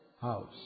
house